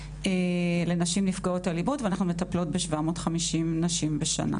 לנשים נפגעות אלימות ואנחנו מטפלות ב-750 נשים בשנה.